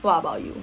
what about you